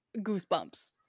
goosebumps